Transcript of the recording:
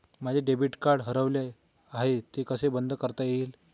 माझे debit card हरवले आहे ते कसे बंद करता येईल?